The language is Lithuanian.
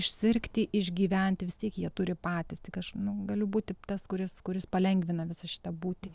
išsirgti išgyventi vis tiek jie turi patys tik aš galiu būti tas kuris kuris palengvina visą šitą būtį